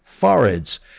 foreheads